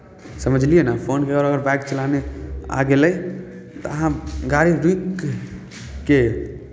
समझलियै ने फोन ककरो अगर बाइक चलाने आ गेलै तऽ अहाँ गाड़ी रुकि कऽ